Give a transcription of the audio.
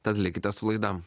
tad likite su laida